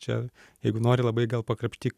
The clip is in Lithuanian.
čia jeigu nori labai gal pakrapštyk